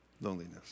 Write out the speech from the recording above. Loneliness